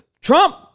Trump